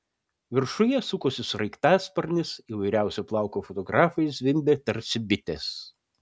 viršuje sukosi sraigtasparnis įvairiausio plauko fotografai zvimbė tarsi bitės